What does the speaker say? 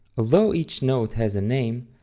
although each note has a name,